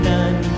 None